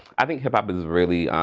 i think hip hop is really.